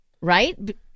right